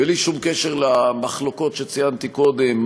בלי שום קשר למחלוקות שציינתי קודם,